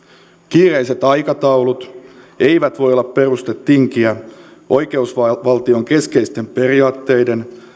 kiireiset aikataulut eivät voi olla peruste tinkiä oikeusvaltion keskeisten periaatteiden